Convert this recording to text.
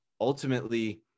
ultimately